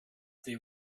they